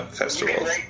festivals